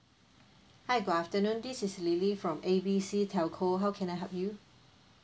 hi good afternoon this is lily from A B C telco how can I help you